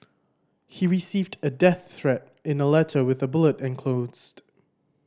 he received a death threat in a letter with a bullet enclosed